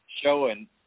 showing